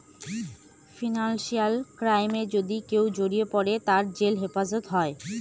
financial ক্রাইমে যদি কেউ জড়িয়ে পরে, তার জেল হাজত হয়